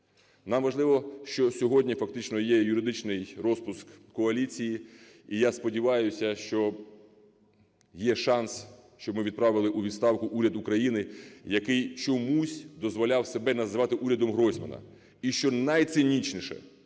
Нам важливо, що сьогодні фактично є юридичний розпуск коаліції. І я сподіваюся, що є шанс, щоб ми відправили у відставку уряд України, який чомусь дозволяв себе називати урядом Гройсмана. І, що найцинічніше,